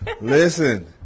Listen